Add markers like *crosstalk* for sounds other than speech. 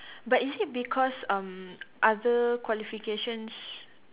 *breath* but is it because um other qualifications